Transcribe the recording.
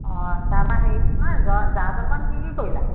অঁ তাৰপৰা হেৰি নহয় জ জা জলপান কি কি কৰিলা